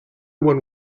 one